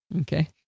Okay